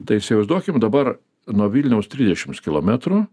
tai įsivaizduokim dabar nuo vilniaus trisdešimts kilometrų